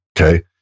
Okay